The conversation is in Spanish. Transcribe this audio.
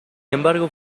embargo